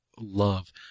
love